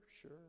Sure